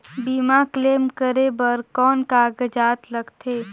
बीमा क्लेम करे बर कौन कागजात लगथे?